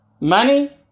money